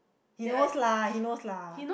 he knows lah he knows lah